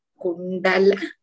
Kundala